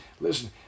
listen